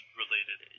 related